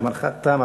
זמנך תם,